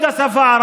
בבקשה.